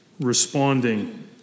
responding